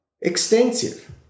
extensive